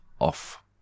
off